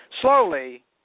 slowly